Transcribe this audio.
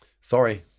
sorry